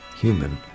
human